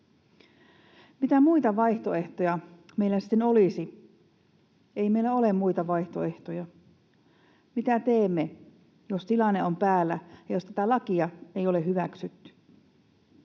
Mitä muita vaihtoehtoja meillä sitten olisi? Ei meillä ole muita vaihtoehtoja. Mitä teemme, jos tilanne on päällä, jos tätä lakia ei ole hyväksytty?